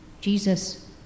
Jesus